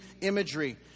imagery